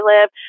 live